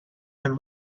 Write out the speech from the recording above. and